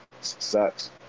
sucks